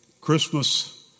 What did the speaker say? Christmas